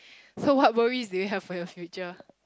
so what worries do you have for your future